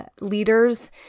leaders –